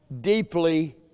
deeply